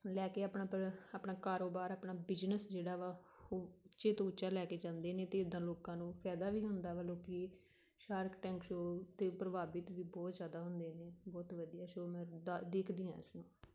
ਲੈ ਕੇ ਆਪਣਾ ਪਰ ਆਪਣਾ ਕਾਰੋਬਾਰ ਆਪਣਾ ਬਿਜਨਸ ਜਿਹੜਾ ਵਾ ਉਹ ਉੱਚੇ ਤੋਂ ਉੱਚਾ ਲੈ ਕੇ ਜਾਂਦੇ ਨੇ ਅਤੇ ਇੱਦਾਂ ਲੋਕਾਂ ਨੂੰ ਫਾਇਦਾ ਵੀ ਹੁੰਦਾ ਵਾ ਲੋਕ ਸਾਰਕ ਟੈਂਕ ਸ਼ੋ ਤੋਂ ਪ੍ਰਭਾਵਿਤ ਵੀ ਬਹੁਤ ਜ਼ਿਆਦਾ ਹੁੰਦੇ ਨੇ ਬਹੁਤ ਵਧੀਆ ਸ਼ੋ ਮੈਂ ਦਾ ਦੇਖਦੀ ਹਾਂ ਇਸਨੂੰ